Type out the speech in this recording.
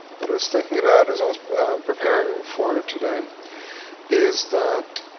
that i was thinking about as i was preparing for today is that